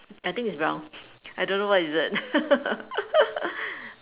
I think it's brown I don't know what is it